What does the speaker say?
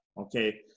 okay